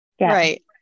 Right